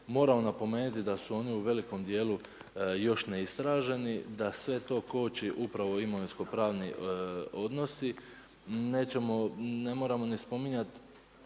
Moram napomenuti da su oni u velikom djelu još neistraženi, da sve to koči upravo imovinsko pravni odnosi, nećemo, ne moramo ni spominjat